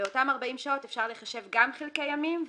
ובאותן 40 שעות אפשר לחשב גם חלקי ימים,